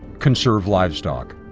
conserve livestock.